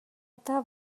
eta